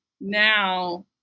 now